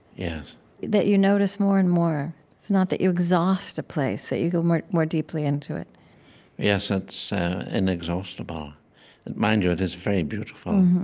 that you notice more and more. it's not that you exhaust a place that you go more more deeply into it yes, it's inexhaustible mind you, it is very beautiful,